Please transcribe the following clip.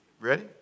Ready